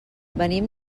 venim